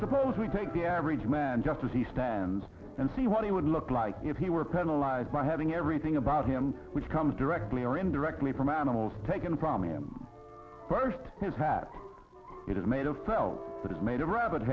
suppose we take the average man just as he stands and see what he would look like if he were penalize by having everything about him which comes directly or indirectly from animals taken from him first impact it is made of felt but is made of rabbit